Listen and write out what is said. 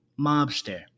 Mobster